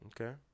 Okay